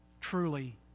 truly